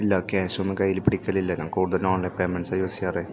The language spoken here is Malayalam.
ഇല്ല ക്യാഷൊന്നും കയ്യിൽ പിടിക്കലില്ല ഞാൻ കൂടുതൽ നോൺ പേയ്മെൻറ്റ്സാണ് യൂസ് ചെയ്യാർ